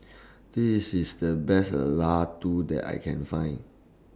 This IS The Best Ladoo that I Can Find